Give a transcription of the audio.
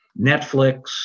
Netflix